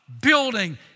building